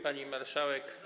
Pani Marszałek!